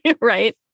Right